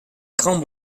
grand